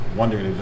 wondering